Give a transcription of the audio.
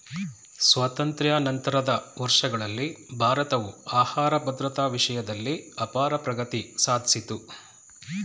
ಸ್ವಾತಂತ್ರ್ಯ ನಂತರದ ವರ್ಷಗಳಲ್ಲಿ ಭಾರತವು ಆಹಾರ ಭದ್ರತಾ ವಿಷಯ್ದಲ್ಲಿ ಅಪಾರ ಪ್ರಗತಿ ಸಾದ್ಸಿತು